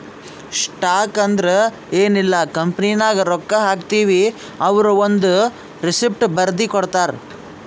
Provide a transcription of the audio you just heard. stock ಅಂದುರ್ ಎನ್ ಇಲ್ಲ ಕಂಪನಿನಾಗ್ ರೊಕ್ಕಾ ಹಾಕ್ತಿವ್ ಅವ್ರು ಒಂದ್ ರೆಸಿಪ್ಟ್ ಬರ್ದಿ ಕೊಡ್ತಾರ್